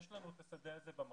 יש לנו את השדה הזה במחשב.